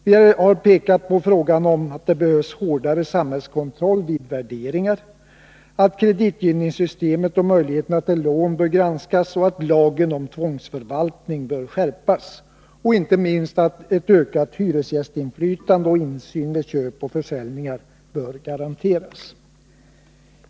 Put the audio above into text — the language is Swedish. Vidare har vi pekat på frågan huruvida det behövs hårdare samhällskontroll vid värderingar, att kreditgivningssystemet och möjligheterna till lån bör granskas, att lagen om tvångsförvaltning bör skärpas och inte minst att ett ökat hyresgästinflytande med insyn vid köp och försäljningar bör garanteras.